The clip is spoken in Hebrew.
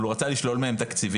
אבל הוא רצה לשלול מהם תקציבים,